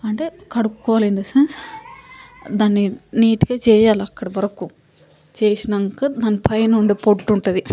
అంటే కడుక్కోవాలి in the sense దాన్ని నీట్గా చేయాలి అక్కడి వరకు చేసినాక దాని పైన ఉండే పొట్టు ఉంటుంది